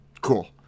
Cool